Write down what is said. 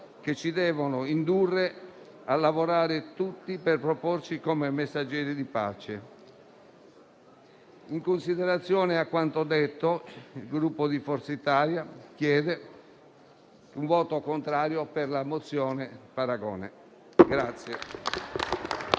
che ci devono indurre a lavorare tutti per proporci come messaggeri di pace. In considerazione di quanto detto, il Gruppo Forza Italia invita a un voto contrario alla questione pregiudiziale